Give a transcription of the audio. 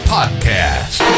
Podcast